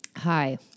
Hi